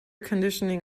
conditioning